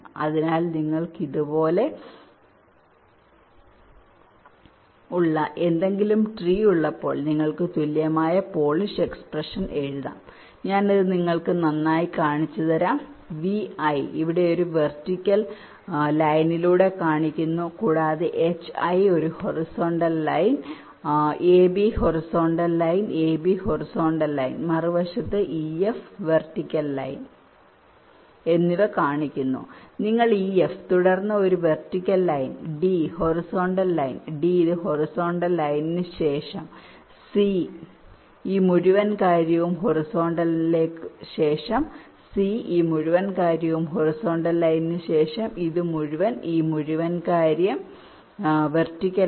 അതിനാൽ നിങ്ങൾക്ക് ഇതുപോലുള്ള ഏതെങ്കിലും ട്രീ ഉള്ളപ്പോൾ നിങ്ങൾക്ക് തുല്യമായ പോളിഷ് എക്സ്പ്രഷൻ എഴുതാം ഞാൻ ഇത് നിങ്ങൾക്ക് നന്നായി കാണിച്ചുതരാം VI ഇവിടെ ഒരു വെർട്ടിക്കൽ ലൈനിലൂടെ കാണിക്കുന്നു കൂടാതെ HI ഒരു horizontal line ab horizontal line ab horizontal line മറുവശത്ത് ef വെർട്ടിക്കൽ ലൈൻ എന്നിവ കാണിക്കുന്നു നിങ്ങൾ ef തുടർന്ന് ഒരു vertical line d horizontal line d ഇത് ഹൊറിസോണ്ടൽ ലൈനിനു ശേഷം c ഈ മുഴുവൻ കാര്യവും ഹൊറിസോണ്ടൽ ലൈനിനുശേഷം c ഈ മുഴുവൻ കാര്യവും ഹൊറിസോണ്ടൽ ലൈനിനു ശേഷം ഇത് മുഴുവൻ ഈ മുഴുവൻ കാര്യം വെർട്ടിക്കൽ ലൈൻ